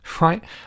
right